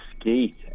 skate